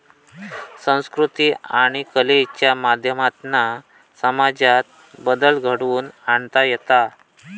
संकृती आणि कलेच्या माध्यमातना समाजात बदल घडवुन आणता येता